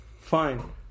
fine